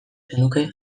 zenuke